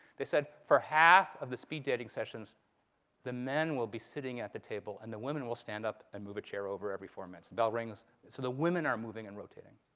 they said for half of the speed dating sessions the men will be sitting at the table. and the women will stand up and move a chair over every four minutes. the bell rings. so the women are moving and rotating.